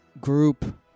group